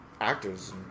actors